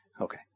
Okay